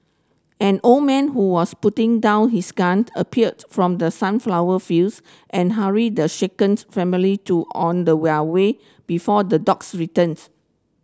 an old man who was putting down his gun appeared from the sunflower fields and hurried the shaken family to on the where way before the dogs returns